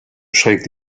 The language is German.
schränkt